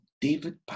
David